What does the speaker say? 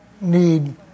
need